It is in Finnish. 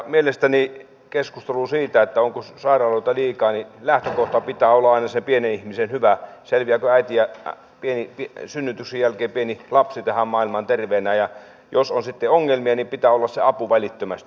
mielestäni keskustelussa siitä onko sairaaloita liikaa lähtökohdan pitää olla aina se pienen ihmisen hyvä selviävätkö äiti ja synnytyksen jälkeen pieni lapsi tähän maailmaan terveinä ja jos on sitten ongelmia niin pitää olla se apu välittömästi